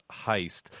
Heist